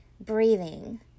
breathing